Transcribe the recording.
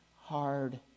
hard